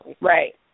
Right